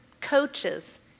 coaches